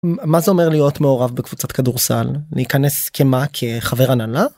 מה זה אומר להיות מעורב בקבוצת כדורסל? להיכנס כ..מה? כחבר הנהלה?